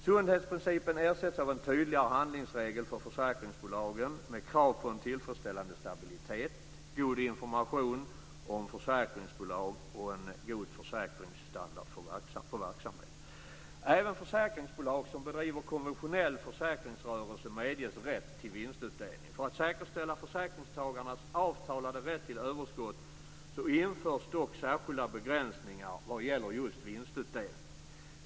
Sundhetsprincipen ersätts av en tydligare handlingsregel för försäkringsbolagen med krav på en tillfredsställande stabilitet, god information om försäkringsbolag och en god försäkringsstandard på verksamheten. Även försäkringsbolag som bedriver konventionell försäkringsrörelse medges rätt till vinstutdelning. För att säkerställa försäkringstagarnas avtalade rätt till överskott införs dock särskilda begränsningar vad gäller just vinstutdelning.